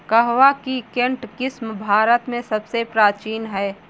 कहवा की केंट किस्म भारत में सबसे प्राचीन है